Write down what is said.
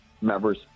members